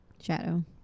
Shadow